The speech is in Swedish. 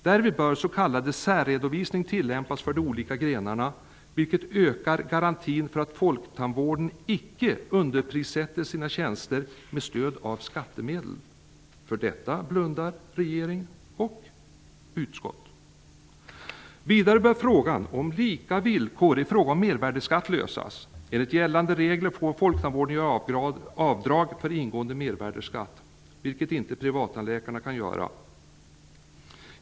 Därvid bör s.k. särredovisning tillämpas för de olika grenarna, vilket ökar garantin för att folktandvården icke underprissätter sina tjänster med stöd av skattemedel. För detta blundar regeringen och utskottet. Vidare bör frågan om lika villkor i fråga om mervärdesskatt lösas. Enligt gällande regler får folktandvården göra avdrag för ingående mervärdesskatt, vilket inte privattandläkarna kan göra.